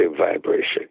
vibration